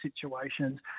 situations